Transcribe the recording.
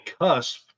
cusp